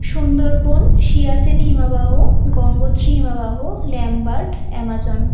সুন্দরবন সিয়াচেন হিমবাহ গঙ্গোত্রী হিমবাহ Lambert Amazon